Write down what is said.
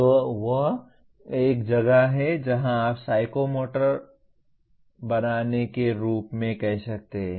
तो यह वह जगह है जहाँ आप साइकोमोटर बनाने के रूप में कह सकते हैं